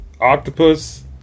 octopus